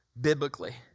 biblically